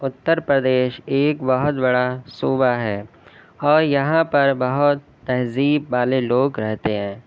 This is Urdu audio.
اتّر پردیش ایک بہت بڑا صوبہ ہے اور یہاں پر بہت تہذیب والے لوگ رہتے ہے